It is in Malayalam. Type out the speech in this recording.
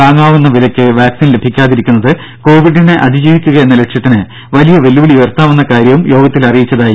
താങ്ങാവുന്ന വിലയ്ക്ക് വാക്സിൻ ലഭിക്കാതിരിക്കുന്നത് കോവിഡിനെ അതിജീവിക്കുകയെന്ന ലക്ഷ്യത്തിന് വലിയ വെല്ലുവിളി ഉയർത്താമെന്ന കാര്യവും യോഗത്തിൽ അറിയിച്ചു